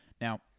Now